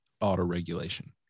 auto-regulation